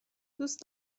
دوست